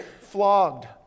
flogged